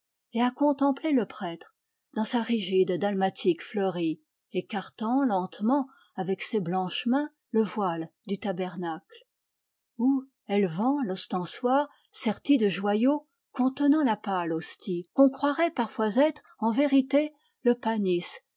et à contempler le prêtre dans sa rigide dalmatique fleurie écartant lentement avec ses blanches mains le voile du tabernacle ou élevant l'ostensoir serti de joyaux contenant la pâle hostie qu'on croirait parfois être en vérité le panis